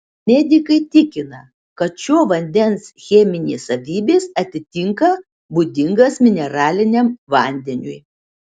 medikai tikina kad šio vandens cheminės savybės atitinka būdingas mineraliniam vandeniui